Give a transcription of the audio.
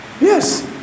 Yes